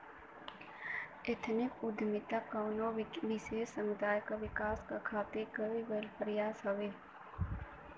ethnic उद्दमिता कउनो विशेष समुदाय क विकास क खातिर कइल गइल प्रयास हउवे